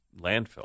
landfill